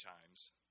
times